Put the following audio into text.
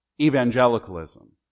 evangelicalism